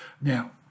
Now